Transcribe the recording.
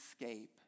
escape